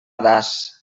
das